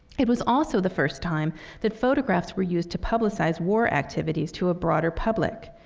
it was also the first time that photographs were used to publicize war activities to a broader public.